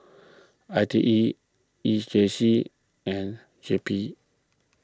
I T E E J C and J P